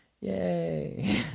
Yay